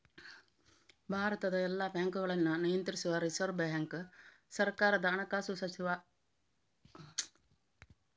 ಭಾರತದ ಎಲ್ಲ ಬ್ಯಾಂಕುಗಳನ್ನ ನಿಯಂತ್ರಿಸುವ ರಿಸರ್ವ್ ಬ್ಯಾಂಕು ಸರ್ಕಾರದ ಹಣಕಾಸು ಸಚಿವಾಲಯದ ಮಾಲೀಕತ್ವದಲ್ಲಿ ಉಂಟು